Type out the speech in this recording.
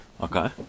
Okay